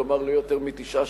כלומר לא יותר מתשעה,